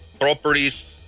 properties